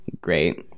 great